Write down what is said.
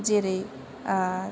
जेरै आ